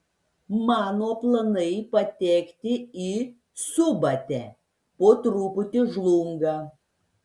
mano planai patekti į subatę po truputį žlunga